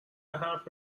حرف